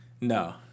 No